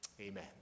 amen